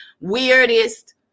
weirdest